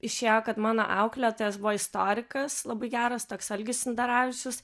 išėjo kad mano auklėtojas buvo istorikas labai geras toks algis sindaravičius